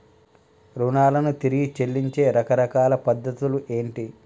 రుణాలను తిరిగి చెల్లించే రకరకాల పద్ధతులు ఏంటి?